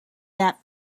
that